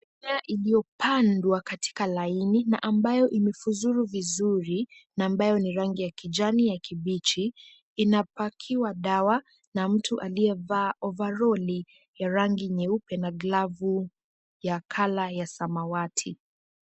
Nyanya iliyopandwa katika laini na ambayo imevuzuru vizuri na ambayo ni rangi ya kijani kibichi inapakiwa dawa na mtu aliyevaa ovaroli ya rangi nyeupe na glavu ya colour ya samawati.